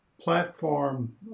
platform